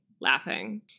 laughing